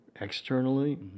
externally